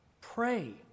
Pray